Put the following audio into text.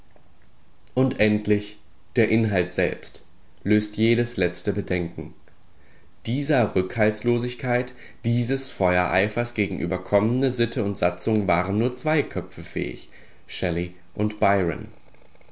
und endlich der inhalt selbst löst jedes letzte bedenken dieser rückhaltslosigkeit dieses feuereifers gegen überkommene sitte und satzung waren nur zwei köpfe fähig shelley und byron